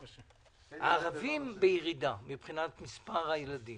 הערבים בירידה מבחינת מספר הילדים.